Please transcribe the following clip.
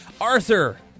Arthur